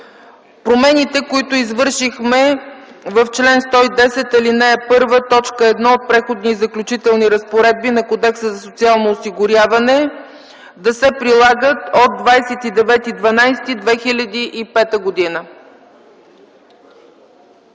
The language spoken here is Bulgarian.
промените, които извършихме в чл. 110, ал. 1, т. 1 от Преходни и заключителни разпоредби на Кодекса за социално осигуряване да се прилагат от 29.12.2005 г.